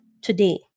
today